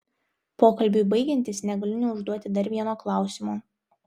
pokalbiui baigiantis negaliu neužduoti dar vieno klausimo